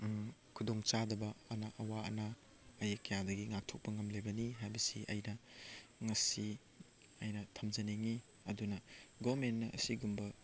ꯈꯨꯗꯣꯡ ꯆꯥꯗꯕ ꯑꯅꯥ ꯑꯋꯥ ꯑꯅꯥ ꯀꯌꯥꯗꯒꯤ ꯉꯥꯛꯊꯣꯛꯄ ꯉꯝꯂꯤꯕꯅꯤ ꯍꯥꯏꯕꯁꯤ ꯑꯩꯅ ꯉꯁꯤ ꯑꯩꯅ ꯊꯝꯖꯅꯤꯡꯉꯤ ꯑꯗꯨꯅ ꯒꯣꯔꯃꯦꯟꯅ ꯑꯁꯤꯒꯨꯝꯕ